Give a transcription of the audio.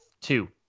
two